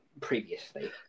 previously